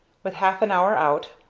with half an hour out,